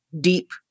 deep